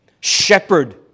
Shepherd